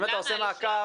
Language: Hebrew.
אם אתה עושה מעקב,